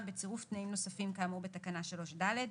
בצירוף תנאים נוספים כאמור בתקנה 3(ד),